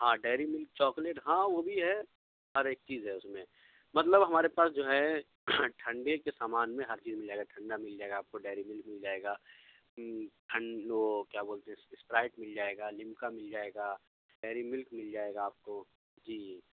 ہاں Dairy Milk chocolate ہاں وہ بھی ہے ہر ایک چیز ہے اس میں مطلب ہمارے پاس جو ہے ٹھنڈے کے سامان میں ہر چیز مل جائے گا ٹھنڈا مل جائے گا آپ کو ڈیری ملک مل جائے گا ٹھنڈ وہ کیا بولتے ہیں اسپرائٹ مل جائے گا لمکا مل جائے گا ڈیری ملک مل جائے گا آپ کو جی